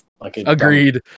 Agreed